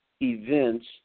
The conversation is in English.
events